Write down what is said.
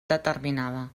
determinada